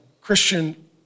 Christian